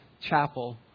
chapel